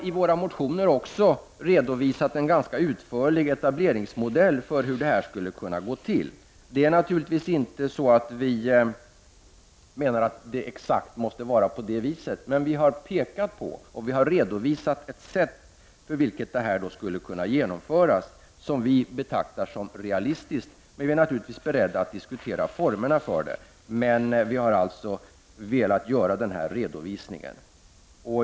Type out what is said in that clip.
I våra motioner har vi också utförligt redovisat en modell för hur denna etablering skulle kunna gå till. Vi i centern hävdar naturligtvis inte att etableringen måste gå till på det sätt som vi har föreslagit, men vi har redovisat ett sätt på vilket etableringen skulle kunna genomföras. Detta sätt är något som vi betraktar som realistiskt, men vi är naturligtvis beredda att diskutera även andra former. Vi har alltså velat göra denna redovisning ändå.